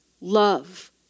love